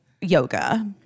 yoga